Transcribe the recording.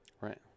Right